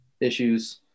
issues